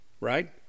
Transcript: right